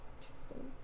Interesting